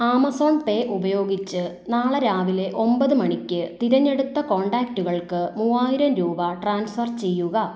Amazon pay ഉപയോഗിച്ച് നാളെ രാവിലെ ഒമ്പത് മണിക്ക് തിരഞ്ഞെടുത്ത കോൺടാക്റ്റുകൾക്ക് മൂവായിരം രൂപ ട്രാൻസ്ഫർ ചെയ്യുക